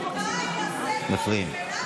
מפריעים.